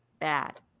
bad